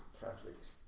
Catholics